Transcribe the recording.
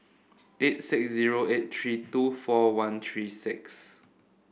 eight six zero eight three two four one three six